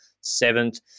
seventh